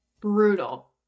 brutal